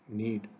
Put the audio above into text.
need